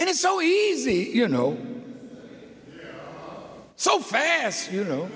and it's so easy you know so fast you know